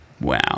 Wow